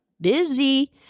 busy